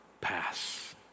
pass